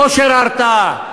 בכושר ההרתעה,